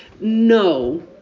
No